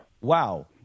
wow